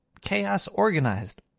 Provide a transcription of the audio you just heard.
chaos-organized